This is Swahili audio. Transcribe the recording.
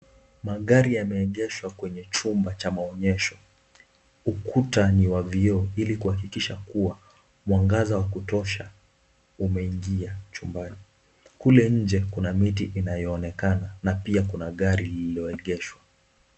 Magari yameegeshwa kwenye chumba cha maonyesho. Ukuta ni wa vioo ili kuhakikisha kuwa mwangaza wa kutosha umeingia chumbani. Kule nje kuna miti inayoonekana na pia kuna gari lililoegeshwa.